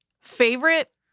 favorite